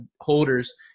holders